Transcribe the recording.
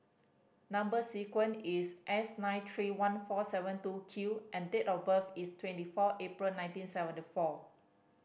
number sequence is S nine three one four seven two Q and date of birth is twenty four April nineteen seventy four